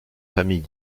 famille